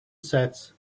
sets